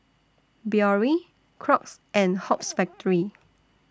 Biore Crocs and Hoops Factory